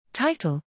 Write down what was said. Title